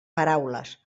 paraules